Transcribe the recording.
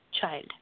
child